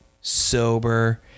sober